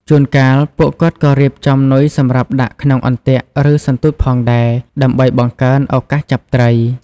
ជួនកាល ពួកគាត់ក៏រៀបចំនុយសម្រាប់ដាក់ក្នុងអន្ទាក់ ឬសន្ទូចផងដែរ ដើម្បីបង្កើនឱកាសចាប់ត្រី។